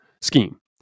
scheme